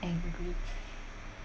angry